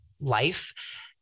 life